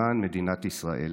למען מדינת ישראל.